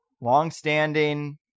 long-standing